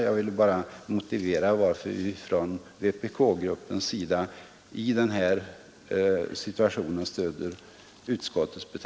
Jag ville bara motivera varför vpk-gruppen i denna situation stöder utskottet.